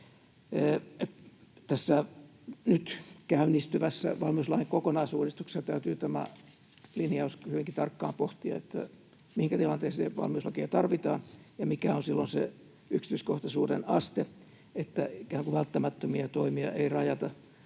Tässä nyt käynnistyvässä valmiuslain kokonaisuudistuksessa täytyy hyvinkin tarkkaan pohtia tämä linjaus, mihinkä tilanteisiin valmiuslakia tarvitaan ja mikä on silloin se yksityiskohtaisuuden aste, että ikään kuin välttämättömiä toimia ei rajata